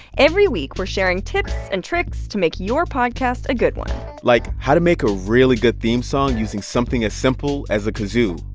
every week, we're sharing tips and tricks to make your podcast a good one like, how to make a really good theme song using something as simple as a kazoo.